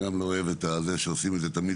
אני גם לא אוהב שעושים את זה תמיד